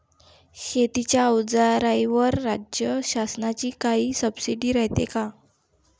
शेतीच्या अवजाराईवर राज्य शासनाची काई सबसीडी रायते का?